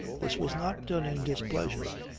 this was not done in displeasure.